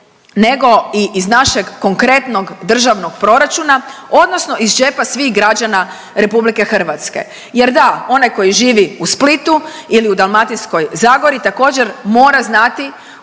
nego i iz našeg konkretnog državnog proračuna odnosno iz džepa svih građana RH. Jer da, onaj koji živi u Splitu ili u Dalmatinskoj zagori također mora znati